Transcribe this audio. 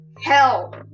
hell